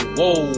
whoa